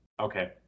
okay